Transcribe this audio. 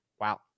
Wow